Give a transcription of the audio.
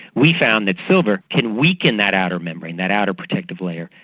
we found that silver can weaken that outer membrane, that outer protective layer,